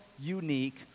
unique